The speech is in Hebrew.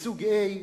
מסוג A,